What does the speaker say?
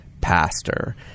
pastor